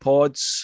Pods